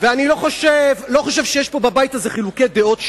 אני לא חושב שיש בבית הזה חילוקי דעות,